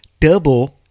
Turbo